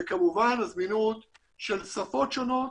וכמובן הזמינות של שפות שונות.